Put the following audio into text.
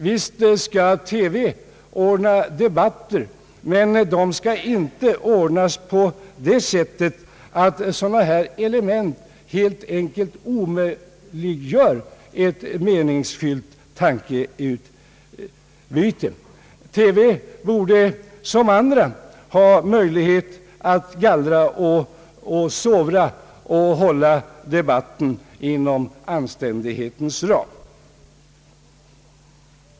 Visst skall TV ordna debatter, men de skall inte ordnas på det sättet att sådana här element helt enkelt omöjliggör ett meningsfyllt tankeutbyte. TV borde som andra ha möjlighet att gallra och sovra och att hålla debatten inom anständighetens ram.